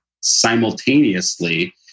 simultaneously